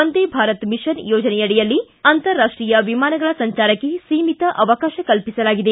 ಒಂದೇ ಭಾರತ ಮಿಶನ್ ಅಡಿಯಲ್ಲಿ ಅಂತಾರಾಷ್ಟೀಯ ವಿಮಾನಗಳ ಸಂಚಾರಕ್ಕೆ ಸೀಮಿತ ಅವಕಾಶ ಕಲ್ಪಿಸಲಾಗಿದೆ